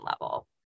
level